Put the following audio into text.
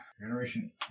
Generation